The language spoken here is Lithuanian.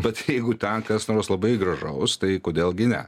bet jeigu ten kas nors labai gražaus tai kodėl gi ne